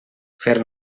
fer